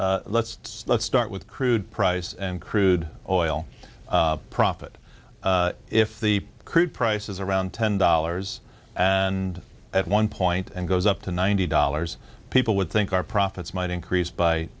let's let's start with crude price and crude oil profit if the crude prices around ten dollars and at one point and goes up to ninety dollars people would think our profits might increase by